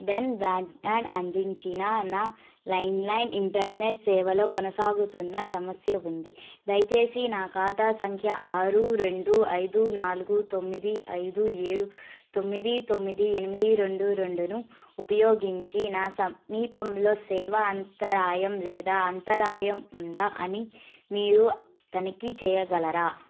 den broadband అందించిన నా లైన్లైన్ ఇంటర్నెట్ సేవలో కొనసాగుతున్న సమస్య ఉంది దయచేసి నా ఖాతా సంఖ్య ఆరు రెండు ఐదు నాలుగు తొమ్మిది ఐదు ఏడు తొమ్మిది తొమ్మిది ఎనిమిది రెండు రెండును ఉపయోగించి నా సమీపంలో సేవా అంతరాయం లేదా అంతరాయం ఉందా అని మీరు తనిఖీ చేయగలరా